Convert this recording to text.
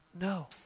No